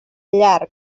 llarg